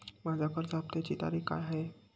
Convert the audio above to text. माझ्या कर्ज हफ्त्याची तारीख काय आहे?